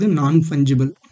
non-fungible